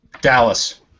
Dallas